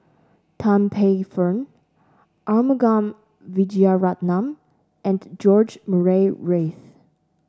Tan Paey Fern Arumugam Vijiaratnam and George Murray Reith